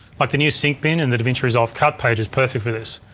like the new sync bin in the davinci resolve cut page is perfect for this.